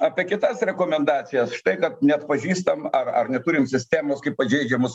apie kitas rekomendacijas štai kad neatpažįstam ar ar neturim sistemos kaip pažeidžiamus